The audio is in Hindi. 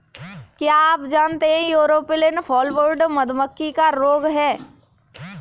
क्या आप जानते है यूरोपियन फॉलब्रूड मधुमक्खी का रोग है?